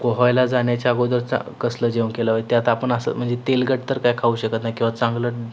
पोहायला जाण्याच्या अगोदर चा कसलं जेवण केलं त्यात आपण असं म्हणजे तेलकट तर काय खाऊ शकत नाही किंवा चांगलं